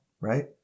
right